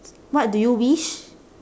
what do you wish